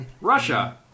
Russia